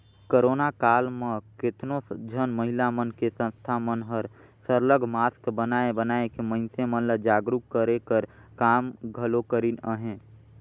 corona काल म केतनो झन महिला मन के संस्था मन हर सरलग मास्क बनाए बनाए के मइनसे मन ल जागरूक करे कर काम घलो करिन अहें